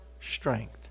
strength